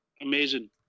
Amazing